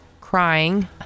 crying